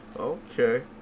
Okay